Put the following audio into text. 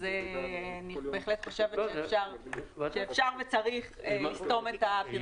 אני בהחלט חושבת שאפשר וצריך לסתום את הפרצה הזאת.